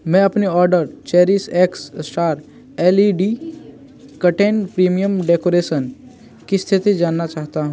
मैं अपने order cherish X star L E D curtain premium decoration की स्थिति जानना चाहता हूँ